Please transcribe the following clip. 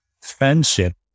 friendship